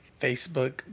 Facebook